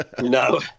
No